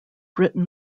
written